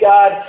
God